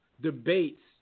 debates